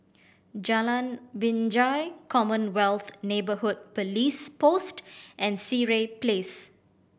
Jalan Binjai Commonwealth Neighbourhood Police Post and Sireh Place